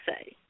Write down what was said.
say